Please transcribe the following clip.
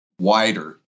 wider